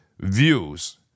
views